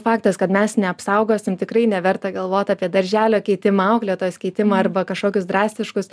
faktas kad mes neapsaugosim tikrai neverta galvot apie darželio keitimą auklėtojos keitimą arba kažkokius drastiškus